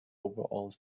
overall